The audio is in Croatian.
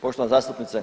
Poštovana zastupnice…